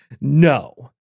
No